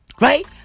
Right